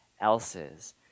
else's